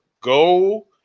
go